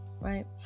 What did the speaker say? Right